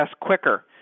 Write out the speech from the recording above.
quicker